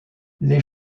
les